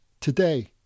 today